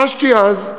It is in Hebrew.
חשתי אז,